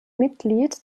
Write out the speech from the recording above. mitglied